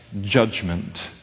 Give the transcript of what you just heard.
judgment